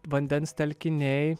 vandens telkiniai